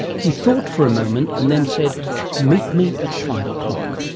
he thought for a moment and then said meet me at five o'clock.